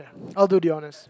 I'll do the honours